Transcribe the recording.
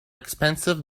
expensive